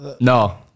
No